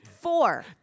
Four